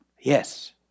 Yes